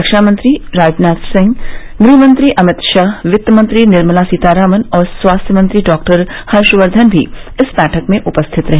रक्षा मंत्री राजनाथ सिंह गृह मंत्री अमित शाह वित्त मंत्री निर्मला सीतारामन और स्वास्थ्य मंत्री डॉक्टर हर्षवर्धन भी इस बैठक में उपस्थित रहे